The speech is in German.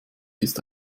ist